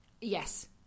yes